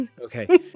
Okay